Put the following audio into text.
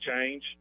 change